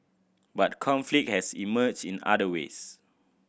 but conflict has emerged in other ways